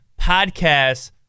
Podcast